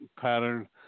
pattern